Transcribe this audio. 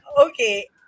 Okay